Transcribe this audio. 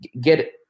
get